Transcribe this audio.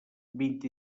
vint